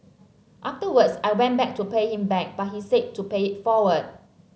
afterwards I went back to pay him back but he said to pay it forward